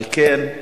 על כן,